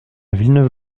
villeneuve